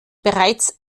bereits